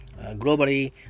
globally